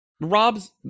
Rob's